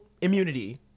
immunity